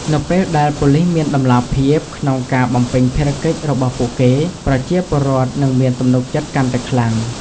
នៅពេលដែលប៉ូលីសមានតម្លាភាពក្នុងការបំពេញភារកិច្ចរបស់ពួកគេ ប្រជាពលរដ្ឋនឹងមានទំនុកចិត្តកាន់តែខ្លាំង។